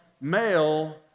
male